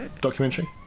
documentary